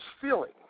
feeling